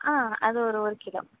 ஆ அது ஒரு ஒரு கிலோ